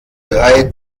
drei